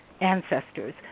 ancestors